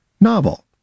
novel